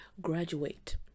graduate